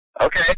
Okay